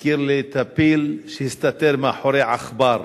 את הפיל שהסתתר מאחורי עכבר.